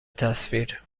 تصویر